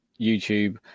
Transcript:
youtube